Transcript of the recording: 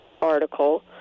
article